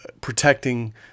protecting